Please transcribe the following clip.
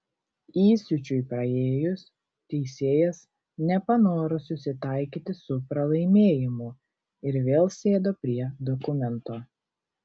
įsiūčiui praėjus teisėjas nepanoro susitaikyti su pralaimėjimu ir vėl sėdo prie dokumento